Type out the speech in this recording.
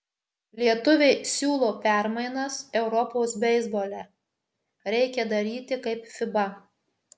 lietuviai siūlo permainas europos beisbole reikia daryti kaip fiba